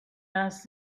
asked